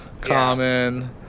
common